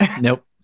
Nope